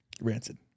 Rancid